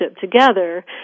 together